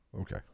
Okay